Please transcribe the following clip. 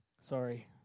Sorry